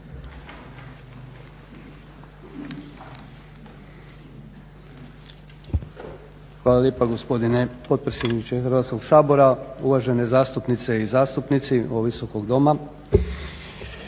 Hvala lijepa gospodine potpredsjedniče Hrvatskog sabora. Uvažene zastupnice i zastupnici ovog Visokog doma.